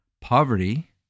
poverty